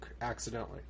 accidentally